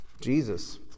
Jesus